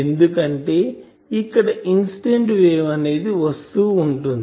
ఎందుకంటే ఇక్కడ ఇన్సిడెంట్ వేవ్అనేది వస్తూ ఉంటుంది